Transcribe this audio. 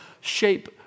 shape